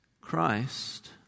Christ